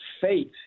faith